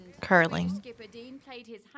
curling